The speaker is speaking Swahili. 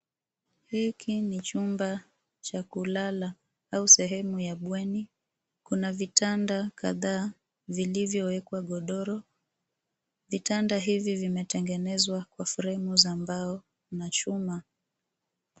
Hiki ni chumba cha kulala au sehemu ya bweni, kuna vitanda kadhaa vilivyowekwa godoro, vitanda hivi vimetengenezwa kwa fremu za mbao na chuma.